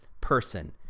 person